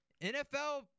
NFL